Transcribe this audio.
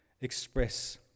express